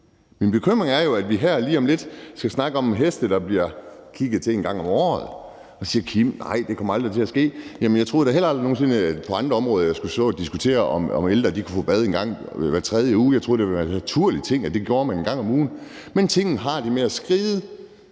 Min bekymring er jo, at vi her lige om lidt skal snakke om heste, der bliver kigget til en gang om året, og man siger så, at nej, det kommer aldrig til at ske. Jamen jeg troede da heller aldrig nogen sinde, at jeg på andre områder skulle stå og diskutere, om ældre kunne få bad en gang hver tredje uge. Jeg troede, at det ville være en naturlig ting, at det gjorde man en gang om ugen. Men tingene har det med at skride,